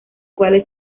cuales